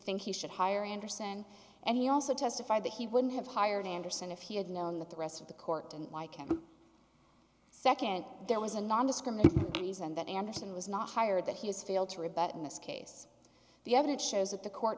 think he should hire andersen and he also testified that he wouldn't have hired andersen if he had known that the rest of the court didn't like him second there was a nondiscrimination reason that anderson was not hired that he has failed to rebut in this case the evidence shows that the court